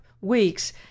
weeks